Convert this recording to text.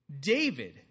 David